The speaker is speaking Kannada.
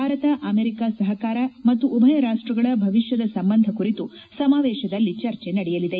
ಭಾರತ ಅಮೆರಿಕ ಸಹಕಾರ ಮತ್ತು ಉಭಯ ರಾಷ್ಷಗಳ ಭವಿಷ್ಣದ ಸಂಬಂಧ ಕುರಿತು ಸಮಾವೇಶದಲ್ಲಿ ಚರ್ಚೆ ನಡೆಯಲಿದೆ